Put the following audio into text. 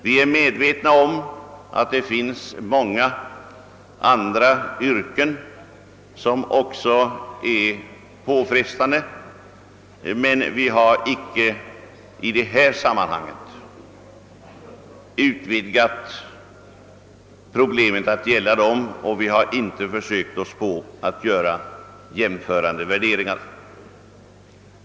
Vi är medvetna om att det finns många andra yrken som också är påfrestande, men vi har icke i detta sammanhang utvidgat problemet till att gälla dem, och vi har inte försökt Oss på att göra jämförande värderingar.